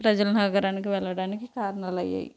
ప్రజలు నగరానికి వెళ్ళడానికి కారణాలు అయ్యాయి